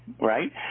right